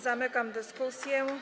Zamykam dyskusję.